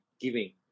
giving